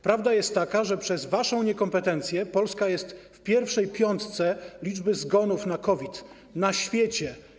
Prawda jest taka, że przez waszą niekompetencję Polska jest w pierwszej piątce pod względem liczby zgonów na COVID na świecie.